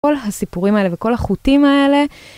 כל הסיפורים האלה וכל החוטים האלה.